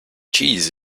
cheese